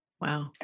wow